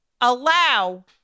allow